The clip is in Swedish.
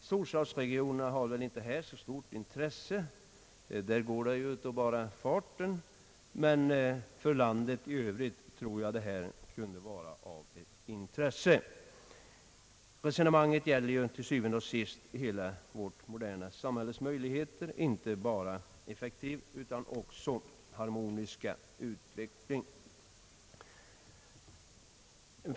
Storstadsregionerna har väl inte så stort intresse av detta — där går det nu av bara farten — men för landet i övrigt tror jag att detta kunde vara av intresse. Resonemanget gäller til syvende og sidst hela vårt moderna samhälles möjligheter till inte bara en effektiv utan också en harmonisk utveckling.